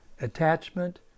attachment